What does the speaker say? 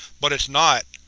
but it's not.